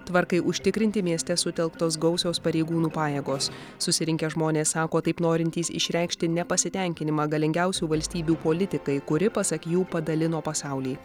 tvarkai užtikrinti mieste sutelktos gausios pareigūnų pajėgos susirinkę žmonės sako taip norintys išreikšti nepasitenkinimą galingiausių valstybių politikai kuri pasak jų padalino pasaulį